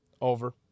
Over